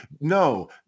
No